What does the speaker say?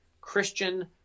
Christian